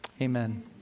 Amen